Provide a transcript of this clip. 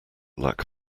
lack